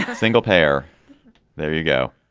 ah single payer there you go